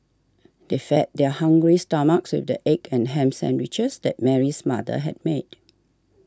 they fed their hungry stomachs with the egg and ham sandwiches that Mary's mother had made